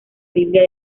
biblia